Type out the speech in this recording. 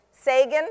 Sagan